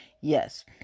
yes